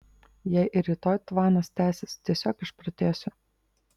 jei ir rytoj tvanas tęsis tiesiog išprotėsiu